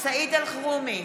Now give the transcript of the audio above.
סעיד אלחרומי,